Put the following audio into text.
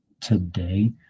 today